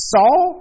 Saul